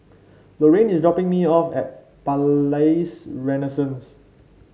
Loraine is dropping me off at Palais Renaissance